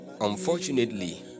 Unfortunately